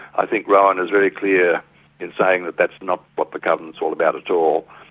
i think rowan is very clear in saying that that's not what the covenant's all about at all.